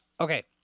Okay